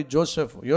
Joseph